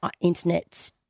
internet